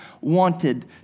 wanted